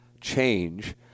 change